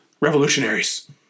revolutionaries